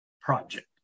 project